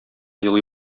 елый